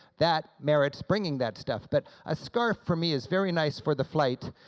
that merits bringing that stuff. but a scarf for me is very nice for the flight,